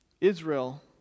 Israel